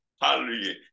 hallelujah